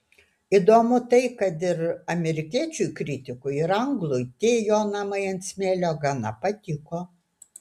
įdomu tai kad ir amerikiečiui kritikui ir anglui tie jo namai ant smėlio gana patiko